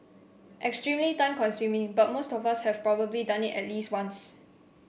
extremely time consuming but most of us have probably done it at least once